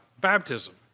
baptism